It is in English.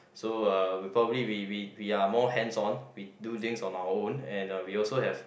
so uh we probably we we we are more hands on we do things on our own and we also have